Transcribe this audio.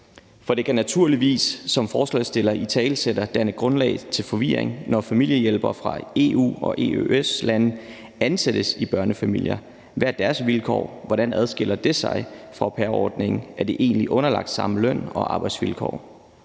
For det kan naturligvis, som forslagsstiller italesætter, danne grundlag for forvirring, når familiehjælpere fra EU- og EØS-lande ansættes i børnefamilier. Hvad er deres vilkår? Hvordan adskiller det sig fra au pair-ordningen? Er de egentlig underlagt samme løn- og arbejdsvilkår?